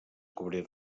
cobrir